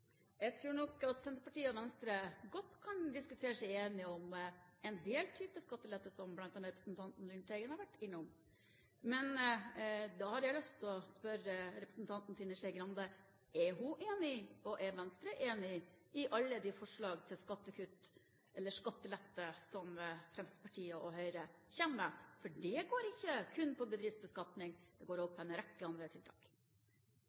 Jeg tror nok at Senterpartiet og Venstre godt kan diskutere seg enige om en del typer skatteletter, som bl.a. representanten Lundteigen har vært innom. Men da har jeg lyst til å spørre representanten Trine Skei Grande: Er Venstre enig i alle de forslag til skattelette som Fremskrittspartiet og Høyre kommer med? For det går ikke kun på bedriftsbeskatning. Det går også på en rekke andre tiltak.